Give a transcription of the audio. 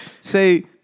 say